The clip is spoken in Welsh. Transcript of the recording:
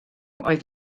oedd